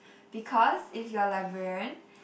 because if you're librarian